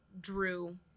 drew